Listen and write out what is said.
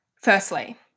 Firstly